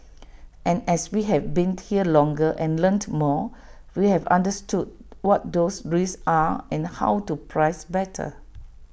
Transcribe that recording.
and as we have been here longer and learnt more we have understood what those risks are and how to price better